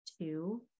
two